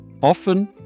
Often